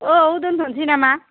औ दोन्थ'नोसै नामा